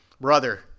brother